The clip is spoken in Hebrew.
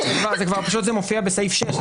פשוט זה כבר מופיע בסעיף 6,